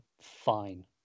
fine